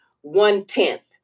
one-tenth